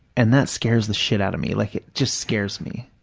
and that scares the shit out of me. like, it just scares me.